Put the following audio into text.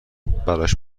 برایش